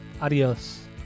Adios